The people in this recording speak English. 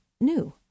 new